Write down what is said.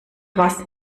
was